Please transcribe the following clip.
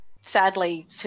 sadly